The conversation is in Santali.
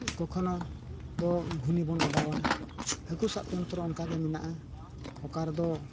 ᱠᱚᱠᱷᱳᱱᱳ ᱫᱚ ᱜᱷᱩᱱᱤ ᱵᱚᱱ ᱚᱰᱟᱣᱟ ᱦᱟ ᱠᱩ ᱥᱟᱵ ᱡᱚᱱᱛᱨᱚ ᱚᱝᱠᱟᱜᱮ ᱢᱮᱱᱟᱜᱼᱟ ᱚᱠᱟᱨᱮᱫᱚ